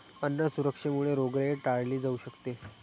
अन्न सुरक्षेमुळे रोगराई टाळली जाऊ शकते